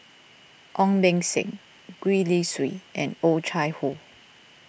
Ong Beng Seng Gwee Li Sui and Oh Chai Hoo